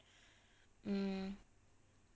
mm